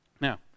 Now